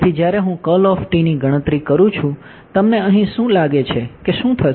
તેથી જ્યારે હું ની ગણતરી કરું છું તમને અહીં શું લાગે છે કે શું થશે